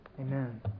Amen